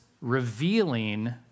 revealing